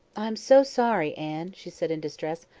i am so sorry, anne, she said in distress.